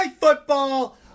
football